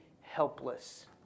helpless